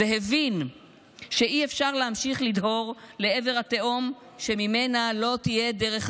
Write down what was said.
והבין שאי-אפשר להמשיך לדהור לעבר התהום שממנה לא תהיה דרך חזרה.